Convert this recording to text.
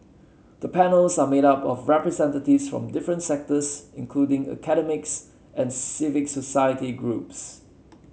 the panels are made up of representatives from different sectors including academics and civic society groups